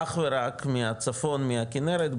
אך ורק מהצפון מהכנרת,